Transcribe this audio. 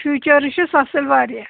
futures چھِس اصل واریاہ